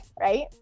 right